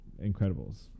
Incredibles